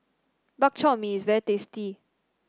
Bak Chor Mee is very tasty